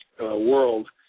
world